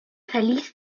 verließ